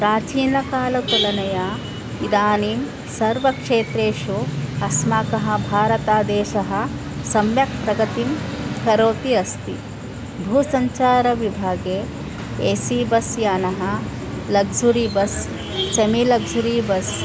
प्राचीनकाले तुलनया इदानीं सर्वक्षेत्रेषु अस्माकः भारतदेशः सम्यक् प्रगतिं करोति अस्ति भूसञ्चारविभागे ए सी बस्यानं luxury bus semi luxury bus